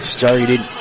Started